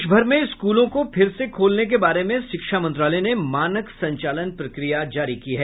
देश भर में स्कूलों को फिर से खोलने के बारे में शिक्षा मंत्रालय ने मानक संचालन प्रक्रियाएं जारी की है